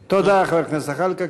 תודה, חבר הכנסת זחאלקה.